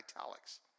italics